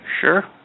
Sure